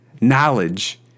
Knowledge